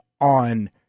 on